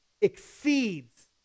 exceeds